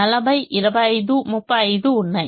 40 25 35 ఉన్నాయి